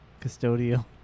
custodial